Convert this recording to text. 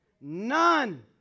none